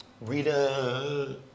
Rita